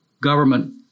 government